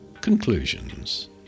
Conclusions